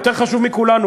יותר חשוב מכולנו,